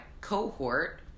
cohort